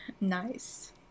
Nice